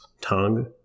Tongue